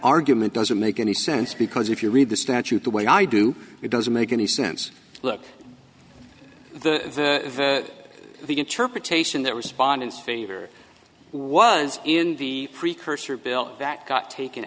argument doesn't make any sense because if you read the statute the way i do it doesn't make any sense look the the interpretation that respondents favor was in the precursor bill that got taken